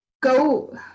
go